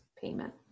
payment